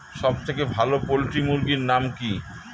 সবথেকে ভালো পোল্ট্রি মুরগির নাম কি?